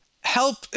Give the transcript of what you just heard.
help